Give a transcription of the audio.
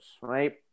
right